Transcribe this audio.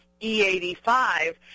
E85